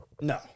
no